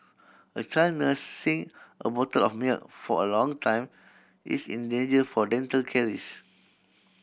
a child nursing a bottle of milk for a long time is in danger for dental caries